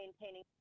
maintaining